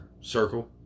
circle